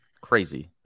crazy